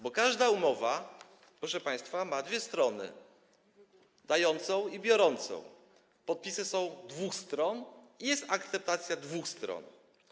Bo każda umowa, proszę państwa, ma dwie strony: dającą i biorącą, podpisy są dwóch stron i jest akceptacja dwóch stron.